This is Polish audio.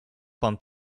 pan